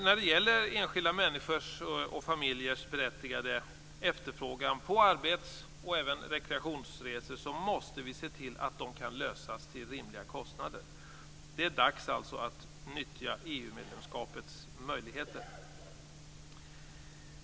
När det gäller enskilda människors och familjers berättigade efterfrågan på arbets och rekreationsresor måste vi se till att de kan lösas till rimliga kostnader. Det är alltså dags att utnyttja EU-medlemskapets möjligheter.